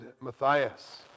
Matthias